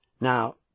Now